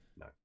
no